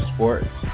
Sports